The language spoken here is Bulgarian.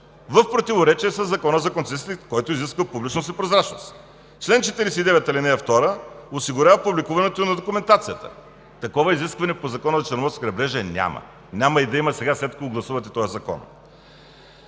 в противоречие със Закона за концесиите, който изисква публичност и прозрачност – чл. 49, ал. 2 осигурява публикуването на документацията. Такова изискване по Закона за Черноморското крайбрежие няма. Няма да има и сега, след като гласувате този закон.